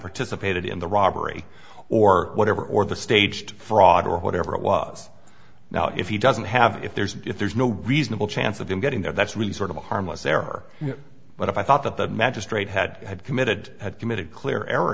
participated in the robbery or whatever or the staged fraud or whatever it was now if he doesn't have if there's if there's no reasonable chance of him getting there that's really sort of a harmless error but if i thought that the magistrate had committed had committed clear